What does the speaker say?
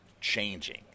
changing